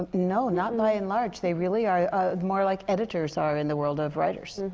no, not by and large. they really are more like editors are, in the world of writers.